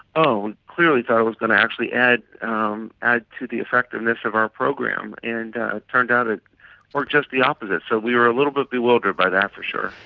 clearly thought it was going to actually add um add to the effectiveness of our program, and it turned out it worked just the opposite, so we were a little bit bewildered by that for sure.